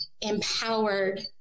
empowered